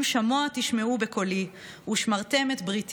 אם שמוע תשמעו בקֹלי ושמרתם את בריתי